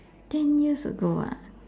ten years ago ah